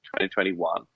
2021